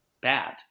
bad